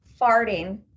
Farting